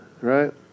right